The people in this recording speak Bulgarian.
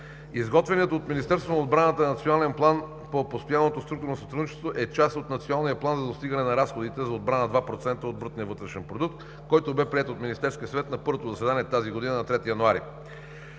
Изготвеният от Министерство на отбраната Национален план по Постоянното структурно сътрудничество е част от Националния план за достигане на разходите за отбрана 2% от брутния вътрешен продукт, който бе приет от Министерския съвет на първото заседание тази година – на 3 януари.